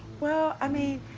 well i mean,